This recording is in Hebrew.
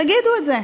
תגידו את זה.